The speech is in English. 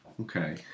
Okay